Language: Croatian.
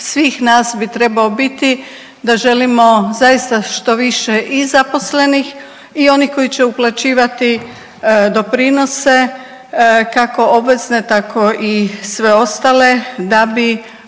svih nas bi trebao biti da želimo zaista što više i zaposlenih i onih koji će uplaćivati doprinose kako obvezne tako i sve ostale da bi